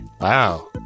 Wow